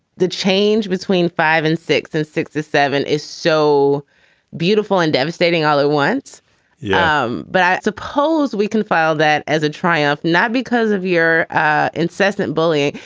the change between five and six and six or seven is so beautiful and devastating all at once yeah, um but i suppose we can file that as a triumph, not because of your incessant bullying,